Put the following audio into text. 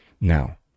Now